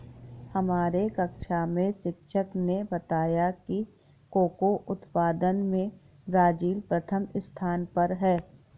हमारे कक्षा में शिक्षक ने बताया कि कोको उत्पादन में ब्राजील प्रथम स्थान पर है